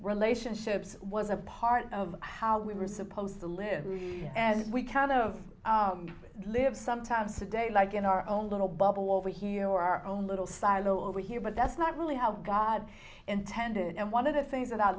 relationships was a part of how we were supposed to live and we kind of live sometimes today like in our own little bubble over here or our own little silo over here but that's not really how god intended and one of the things that i